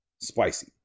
Spicy